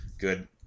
Good